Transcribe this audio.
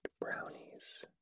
brownies